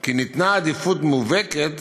כי ניתנה עדיפות מובהקת